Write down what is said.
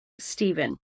Stephen